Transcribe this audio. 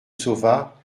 sauva